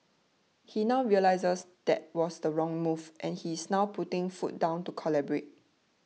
he now realises that was the wrong move and he is now putting foot down to collaborate